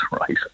right